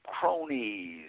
cronies